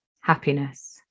happiness